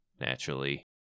naturally